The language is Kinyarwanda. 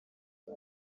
aho